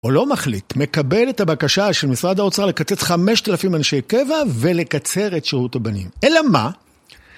או לא מחליט, מקבל את הבקשה של משרד האוצר לקצץ 5,000 אנשי קבע ולקצר את שירות הבנים, אלא מה?